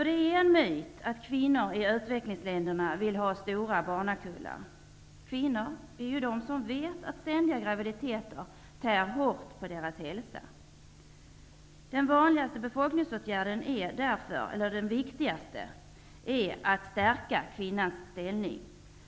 Det är en myt att kvinnor i utvecklingsländerna vill ha stora barnkullar. Kvinnor vet att ständiga graviditeter tär hårt på deras hälsa. Den viktigaste befolkningsåtgärden är därför att stärka kvinnans ställning.